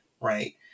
Right